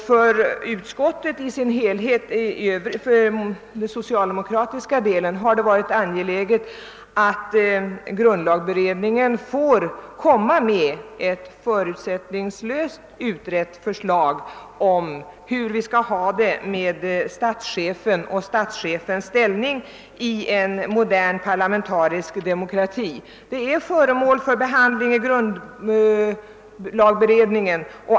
För utskottets socialdemokratiska del har det emellertid varit angeläget att grundlagberedningen får presentera ett förutsättningslöst förslag om hur vi skall ha det med statschefen och hans ställning i en modern parlamentarisk demokrati. Det är föremål för behandling i grundlagberedningen.